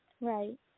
Right